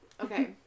okay